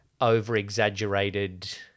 over-exaggerated